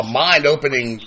mind-opening